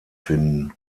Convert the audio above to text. finden